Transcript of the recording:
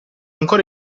ancora